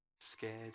scared